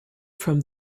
from